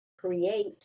create